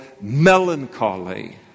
melancholy